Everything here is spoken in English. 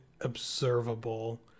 observable